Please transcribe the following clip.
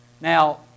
Now